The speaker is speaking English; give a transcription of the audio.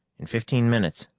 in fifteen minutes,